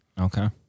Okay